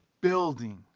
building